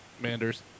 Manders